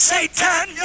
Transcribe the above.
Satan